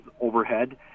overhead